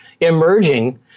emerging